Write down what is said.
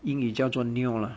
英语叫做 NIO